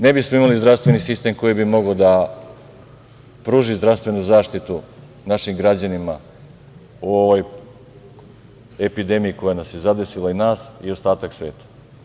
Ne bismo imali zdravstveni sistem koji bi mogao da pruži zdravstvenu zaštitu našim građanima u ovoj epidemiji koja nas je zadesila, nas i ostatak sveta.